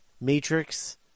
Matrix